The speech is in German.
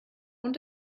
und